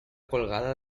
colgada